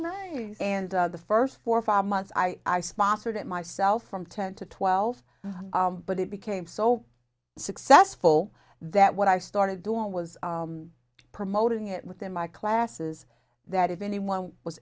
night and the first four or five months i sponsored it myself from ten to twelve but it became so successful that what i started doing was promoting it within my classes that if anyone was